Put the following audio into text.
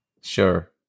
sure